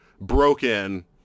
broken